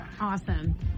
Awesome